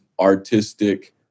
artistic